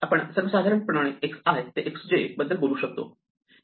आपण सर्वसाधारणपणे xi ते xj बद्दल बोलू शकतो